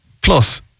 Plus